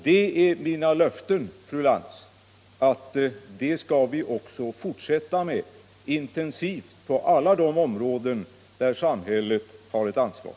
Det är mitt löfte, fru Lantz, att sådana åtgärder skall vi fortsätta med och vi skall göra det intensivt — på alla de områden där samhället har ett ansvar.